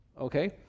okay